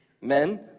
Men